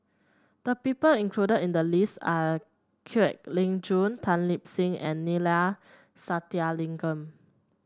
the people included in the list are Kwek Leng Joo Tan Lip Seng and Neila Sathyalingam